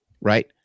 right